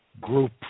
group